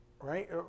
right